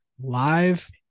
live